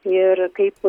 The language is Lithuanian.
ir kaip